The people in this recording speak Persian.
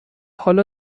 حالا